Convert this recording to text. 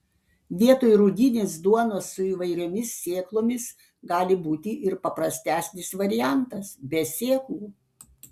vietoj ruginės duonos su įvairiomis sėklomis gali būti ir paprastesnis variantas be sėklų